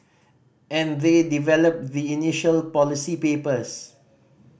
and they develop the initial policy papers